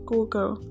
Google